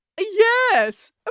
Yes